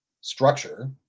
structure